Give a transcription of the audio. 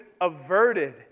averted